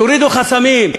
תורידו חסמים.